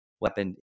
weapon